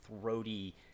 throaty